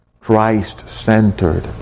Christ-centered